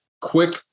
quick